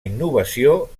innovació